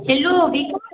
hello